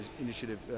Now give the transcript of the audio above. initiative